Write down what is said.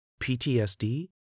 PTSD